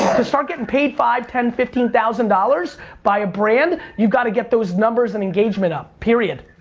to start getting paid, five, ten, fifteen thousand dollars by a brand, you gotta get those numbers and engagement up, period.